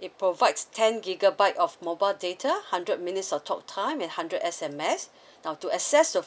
it provides ten gigabyte of mobile data hundred minutes of talk time and hundred S_M_S now to access the